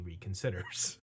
reconsiders